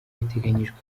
biteganyijwe